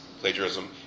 plagiarism